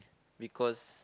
because